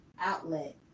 outlet